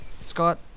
Scott